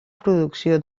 producció